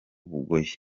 bugoyi